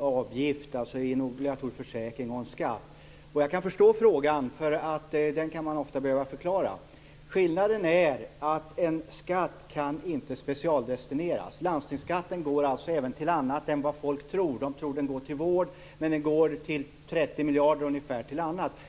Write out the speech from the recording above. avgift i en obligatorisk försäkring och en skatt. Jag kan förstå frågan. Det kan man ofta behöva förklara. Skillnaden är att en skatt inte kan specialdestineras. Landstingsskatten går även till annat än vad människor tror. De tror att den går till vård, men ungefär 30 miljarder går till annat.